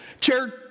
Chair